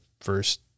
first